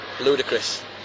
ludicrous